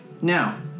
Now